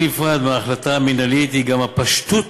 חלק בלתי נפרד מההחלטה המינהלית הוא הפשטות